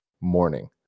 morning